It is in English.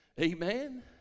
Amen